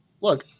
look